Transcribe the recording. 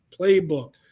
playbook